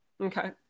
Okay